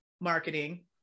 marketing